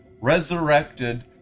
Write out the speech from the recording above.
resurrected